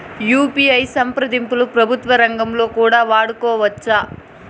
UPI సంప్రదింపులు ప్రభుత్వ రంగంలో కూడా వాడుకోవచ్చా?